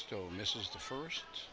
still misses the first